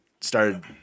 started